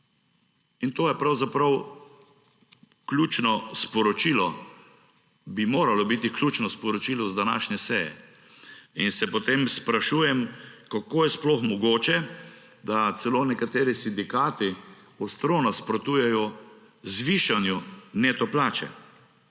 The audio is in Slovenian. in to je pravzaprav ključno sporočilo, bi moralo biti ključno sporočilo z današnje seje, in se potem sprašujem, kako je sploh mogoče, da celo nekateri sindikati ostro nasprotujejo zvišanju neto plače.